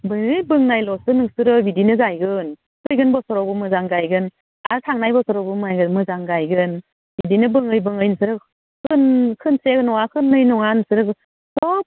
बे बुंनायल'सो नोंसोरो बिदिनो गायगोन फैगोन बोसोरावबो मोजां गायगोन आरो थांनाय बोसोरावबो मोजां गायगोन बिदिनो बुङै बुङै नोंसोर खोनसे नङा खोननै नङा नोंसोरो सबबारावनो